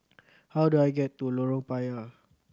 how do I get to Lorong Payah